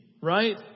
right